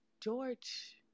George